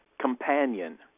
companion